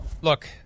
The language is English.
Look